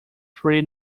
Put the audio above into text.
three